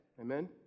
Amen